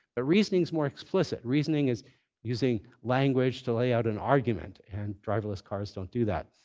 ah reasoning's more explicit. reasoning is using language to lay out an argument, and driverless cars don't do that.